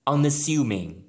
Unassuming